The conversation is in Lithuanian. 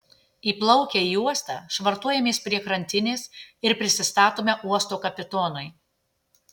įplaukę į uostą švartuojamės prie krantinės ir prisistatome uosto kapitonui